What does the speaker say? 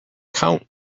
count